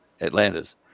Atlantis